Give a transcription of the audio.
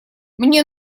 мне